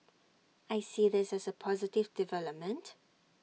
I see this as A positive development